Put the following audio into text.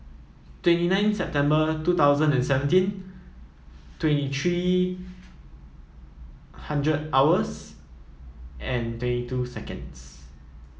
twenty nine September two thousand and seventeen twenty three hundred hours and two seconds